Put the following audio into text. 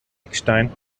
eckstein